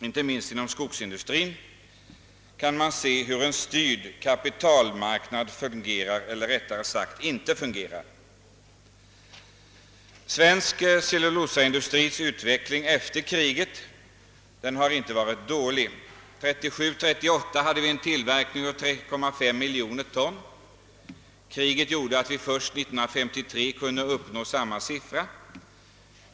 Inte minst inom skogsindustrin kan man se hur en styrd kapitalmarknad fungerar eller rättare sagt inte fungerar. Den svenska cellulosaindustrins utveckling efter kriget har inte varit dålig. 1937/38 hade vi en tillverkning av 3,5 miljoner ton. Kriget gjorde att vi först 1953 kunde uppnå samma siffra.